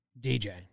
DJ